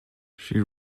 she